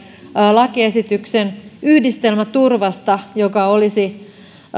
lakiesityksen yhdistelmäturvasta joka olisi